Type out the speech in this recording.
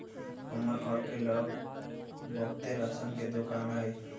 हमर घर के लग बहुते राशन के दोकान हई